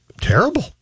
terrible